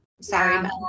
Sorry